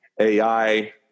AI